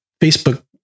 Facebook